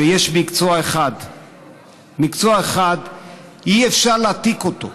ויש מקצוע אחד שאי-אפשר להעתיק אותו.